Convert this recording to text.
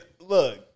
Look